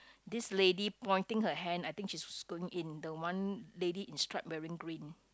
this lady pointing her hand I think she's going in the one lady in stripe wearing green